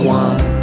one